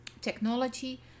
technology